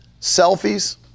Selfies